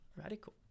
radical